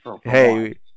Hey